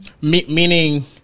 Meaning